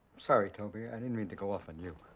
sorry, toby. i didn't mean to go off on you.